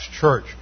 church